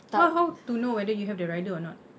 how how to know whether you have the rider or not